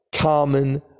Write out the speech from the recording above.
common